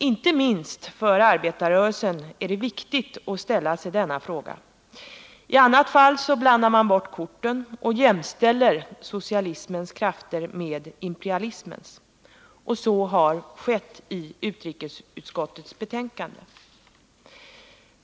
Inte minst för arbetarrörelsen är det viktigt att ställa sig dessa frågor. I annat fall blandar man bort korten och jämställer socialismens krafter med imperialismens. Så har skett i utrikesutskottets betänkande.